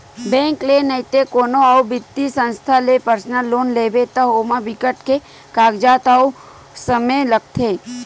bank ले नइते कोनो अउ बित्तीय संस्था ले पर्सनल लोन लेबे त ओमा बिकट के कागजात अउ समे लागथे